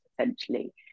essentially